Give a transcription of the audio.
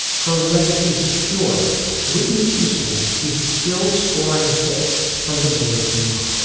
her legacy secure whitney houston is still scoring hits from the great beyond.